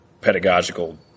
pedagogical